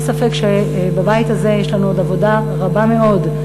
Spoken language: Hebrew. אין ספק שבבית הזה יש לנו עוד עבודה רבה מאוד.